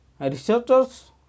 researchers